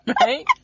Right